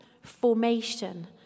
formation